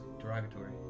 derogatory